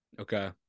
okay